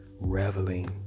reveling